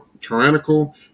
tyrannical